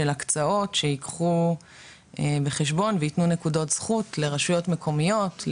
הקצאות שייקחו בחשבון וייתנו נקודות זכות לרשויות מקומיות,